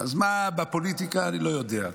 אז מה, בפוליטיקה אני לא יודע.